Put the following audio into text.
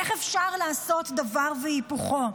איך אפשר לעשות דבר והיפוכו?